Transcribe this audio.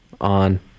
on